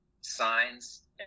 Signs